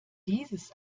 dieses